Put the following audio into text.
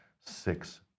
six